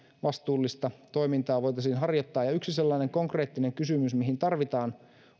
vastuullista toimintaa voitaisiin harjoittaa yksi konkreettinen kysymys mihin tarvitaan